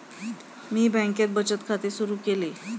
मी बँकेत बचत खाते सुरु केले